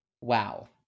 Wow